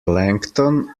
plankton